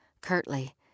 curtly